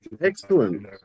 Excellent